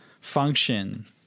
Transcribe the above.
function